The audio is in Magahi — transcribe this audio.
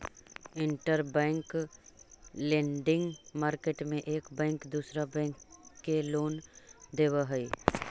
इंटरबैंक लेंडिंग मार्केट में एक बैंक दूसरा बैंक के लोन देवऽ हई